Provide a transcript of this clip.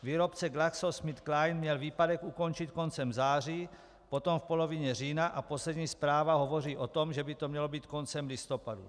Výrobce GlaxoSmithKline měl výpadek ukončit koncem září, potom v polovině října a poslední zpráva hovoří o tom, že by to mělo být koncem listopadu.